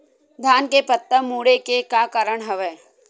धान के पत्ता मुड़े के का कारण हवय?